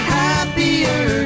happier